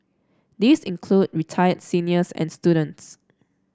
these include retired seniors and students